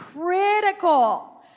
critical